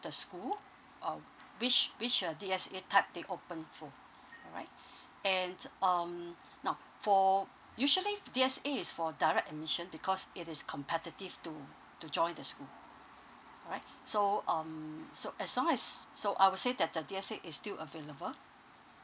the school uh which which uh D_S_A type they open for alright and um now for usually D_S_A is for direct admission because it is competitive to to join the school alright so um so as long as so I will say that the D_S_A is still available